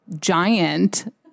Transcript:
giant